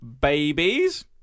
babies